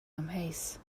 amheus